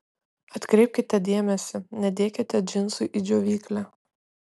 atkreipkite dėmesį nedėkite džinsų į džiovyklę